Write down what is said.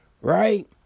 right